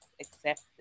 accepted